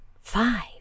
five